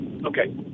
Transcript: Okay